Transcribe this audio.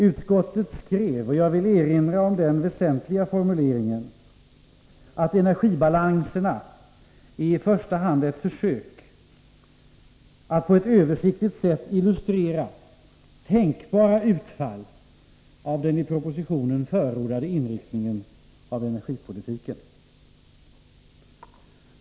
Utskottet skrev — jag vill erinra om den väsentliga formuleringen — att energibalanserna i första hand är ett försök att på ett översiktligt sätt illustrera tänkbara utfall av den i propositionen förordade inriktningen av energipolitiken.